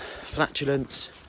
flatulence